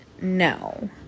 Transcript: no